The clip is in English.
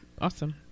awesome